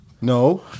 No